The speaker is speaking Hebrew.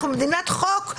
אנחנו מדינת חוק,